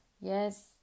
Yes